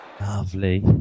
lovely